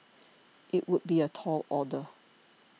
it would be a tall order